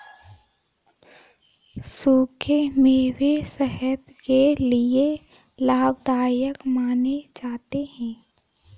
सुखे मेवे सेहत के लिये लाभदायक माने जाते है